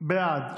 התורה,